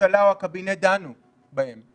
שהממשלה או הקבינט דנו בהן?